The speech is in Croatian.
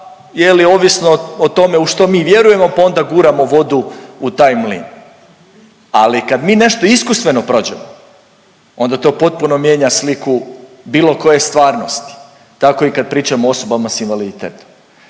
onoga ovisno o tome u što mi vjerujemo pa onda guramo vodu u taj mlin. Ali kad mi nešto iskustveno prođemo onda to potpuno mijenja sliku bilo koje stvarnosti. Tako i kad pričamo o osobama sa invaliditetom.